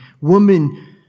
woman